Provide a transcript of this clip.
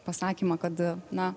pasakymą kad na